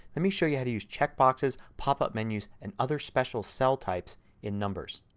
let me show you how to use checkboxes, pop-up menu, and other special cell types in numbers.